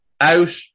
out